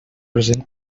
present